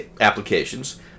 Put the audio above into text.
applications